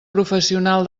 professional